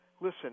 listen